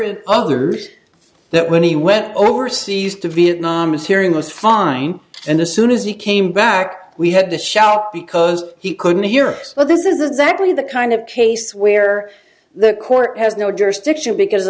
brotherhood others that when he went overseas to vietnam his hearing was fine and as soon as he came back we had to shout because he couldn't hear us well this is exactly the kind of case where the court has no jurisdiction because